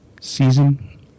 Season